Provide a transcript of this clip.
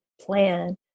plan